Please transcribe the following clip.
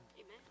amen